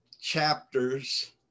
chapters